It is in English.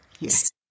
Yes